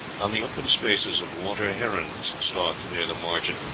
on the open spaces of water herons stalked near the margin,